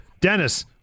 Dennis